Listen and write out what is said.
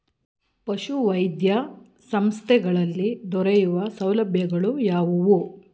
ಪಶುವೈದ್ಯ ಸಂಸ್ಥೆಗಳಲ್ಲಿ ದೊರೆಯುವ ಸೌಲಭ್ಯಗಳು ಯಾವುವು?